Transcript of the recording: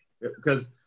because-